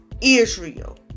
Israel